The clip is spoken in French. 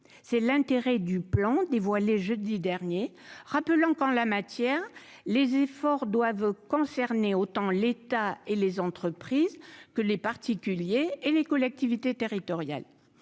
c'est l'intérêt du plan dévoilé jeudi dernier, rappelant qu'en la matière, les efforts doivent concerner autant l'État et les entreprises que les particuliers et les collectivités territoriales,